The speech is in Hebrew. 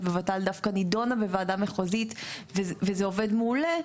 בוות"ל דווקא נדונה בוועדה מחוזית וזה עובד מעולה,